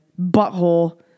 butthole